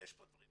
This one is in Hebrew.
ויש פה דברים,